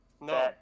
No